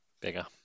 Bigger